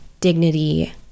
dignity